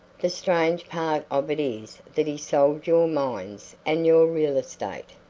the strange part of it is that he sold your mines and your real estate,